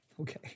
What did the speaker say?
Okay